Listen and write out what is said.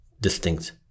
distinct